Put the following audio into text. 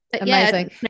Amazing